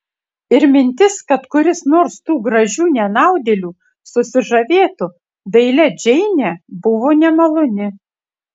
ir mintis kad kuris nors tų gražių nenaudėlių susižavėtų dailia džeine buvo nemaloni